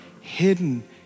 hidden